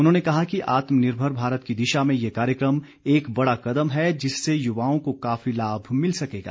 उन्होंने कहा कि आत्मनिर्भर भारत की दिशा में ये कार्यक्रम एक बड़ा कदम है जिससे युवाओं को काफी लाभ मिल सकेगा